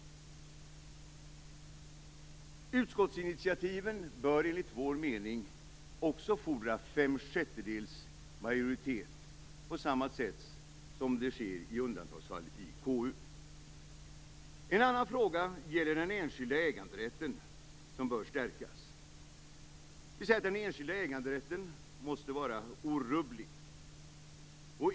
Utskottsinitiativen bör enligt Moderaternas mening också fordra fem sjättedels majoritet på samma sätt som sker i undantagsfall i En annan fråga gäller den enskilda äganderätten, som bör stärkas. Vi säger att den enskilda äganderätten måste vara orubblig.